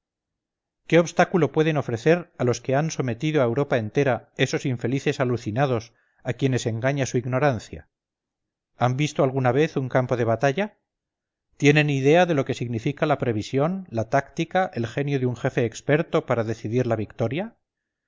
qué obstáculo pueden ofrecer a los que han sometido la europa entera esos infelices alucinados a quienes engaña su ignorancia han visto alguna vez un campo de batalla tienen idea de lo que significa la previsión la táctica el genio de un jefe experto para decidir la victoria